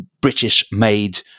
British-made